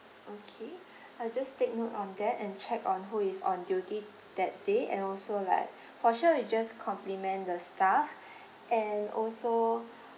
okay I'll just take note on that and check on who is on duty that day and also like for sure we'll just compliment the staff and also